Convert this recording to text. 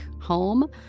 home